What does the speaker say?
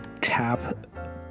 tap